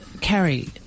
Carrie